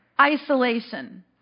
isolation